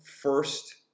first